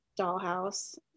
dollhouse